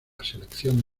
selección